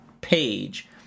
page